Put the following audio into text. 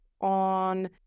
on